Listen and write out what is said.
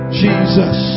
jesus